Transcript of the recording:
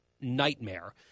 nightmare